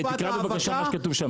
תקרא בבקשה מה שכתוב שם.